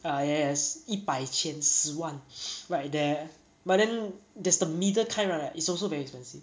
ah yes 一百千十万 right there but then there's the middle kind [one] right is also very expensive